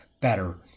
better